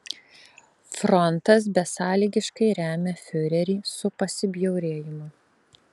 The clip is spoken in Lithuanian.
frontas besąlygiškai remia fiurerį su pasibjaurėjimu